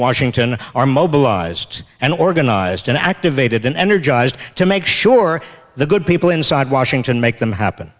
washington are mobilized and organized and activated and energized to make sure the good people inside washington make them happen